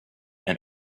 and